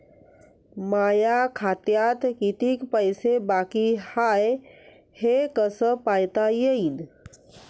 माया खात्यात कितीक पैसे बाकी हाय हे कस पायता येईन?